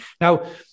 Now